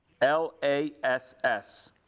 L-A-S-S